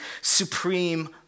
supreme